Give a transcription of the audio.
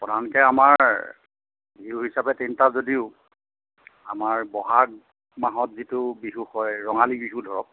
প্ৰধানকৈ আমাৰ বিহু হিচাপে তিনিটা যদিও আমাৰ ব'হাগ মাহত যিটো বিহু হয় ৰঙালী বিহু ধৰক